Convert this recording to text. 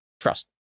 Trust